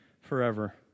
forever